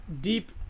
deep